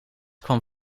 kwam